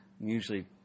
Usually